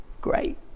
great